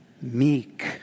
meek